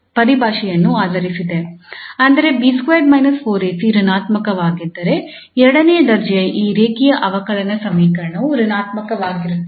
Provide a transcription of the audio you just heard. ಅಂದರೆ 𝐵2 − 4𝐴𝐶 ಋಣಾತ್ಮಕವಾಗಿದ್ದರೆ ಎರಡನೇ ದರ್ಜೆಯ ಈ ರೇಖೀಯ ಅವಕಲನ ಸಮೀಕರಣವು ಋಣಾತ್ಮಕವಾಗಿರುತ್ತದೆ